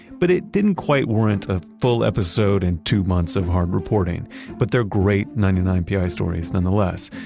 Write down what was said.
but it didn't quite warrant a full episode and two months of hard reporting but they're great ninety nine pi stories nonetheless.